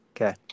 Okay